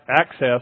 access